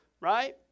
right